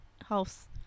house